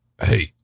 hey